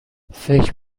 فکر